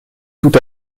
tout